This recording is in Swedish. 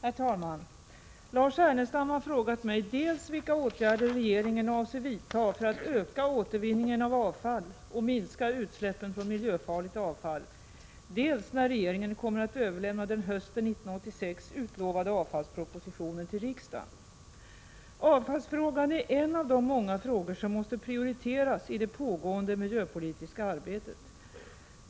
Herr talman! Lars Ernestam har frågat mig dels vilka åtgärder regeringen avser vidta för att öka återvinningen av avfall och minska utsläppen från miljöfarligt avfall, dels när regeringen kommer att överlämna den hösten 1986 utlovade avfallspropositionen till riksdagen. Avfallsfrågan är en av de många frågor som måste prioriteras i det pågående miljöpolitiska arbetet.